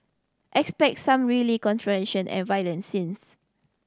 expect some really controversial and violent scenes